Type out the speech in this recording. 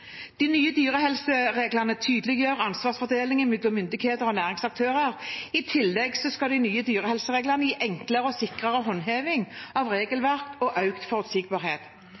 De nye dyrehelsereglene tydeliggjør ansvarsfordelingen mellom myndigheter og næringsaktører. I tillegg skal de nye dyrehelsereglene gi enklere og sikrere håndheving av regelverket og økt forutsigbarhet.